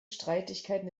streitigkeiten